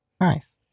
Nice